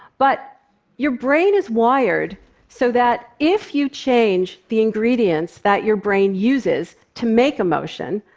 but your brain is wired so that if you change the ingredients that your brain uses to make emotion,